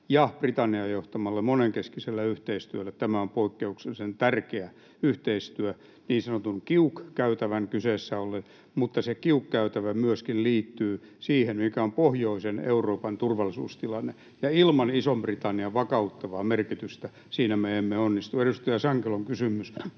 ja Britannian johtama monenkeskinen yhteistyö on poikkeuksellisen tärkeä yhteistyö niin sanotun GIUK-käytävän kyseessä ollen. Se GIUK-käytävä myöskin liittyy siihen, mikä on pohjoisen Euroopan turvallisuustilanne, ja ilman Ison-Britannian vakauttavaa merkitystä siinä me emme onnistu. Edustaja Sankelon kysymys